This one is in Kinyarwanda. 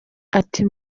ati